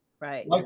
Right